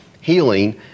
healing